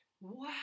Wow